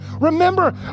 Remember